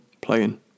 playing